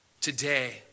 Today